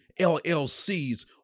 LLCs